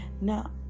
now